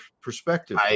perspective